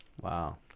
Wow